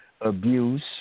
abuse